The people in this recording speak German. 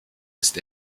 ist